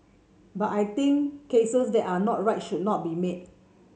but I think cases that are not right should not be made